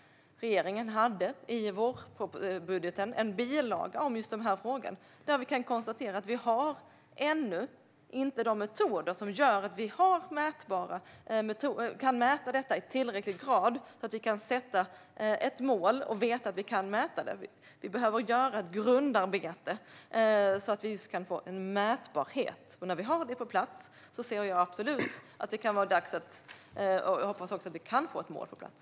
Regeringen hade i vårbudgeten en bilaga om just den frågan. Vi kan konstatera att vi ännu inte har de metoder som gör att vi kan mäta detta i tillräcklig grad så att vi kan sätta ett mål och vet att vi kan mäta det. Vi behöver göra ett grundarbete så att vi kan få en mätbarhet. När vi har det på plats ser jag absolut att det kan vara dags. Jag hoppas också att vi kan få ett mål på plats.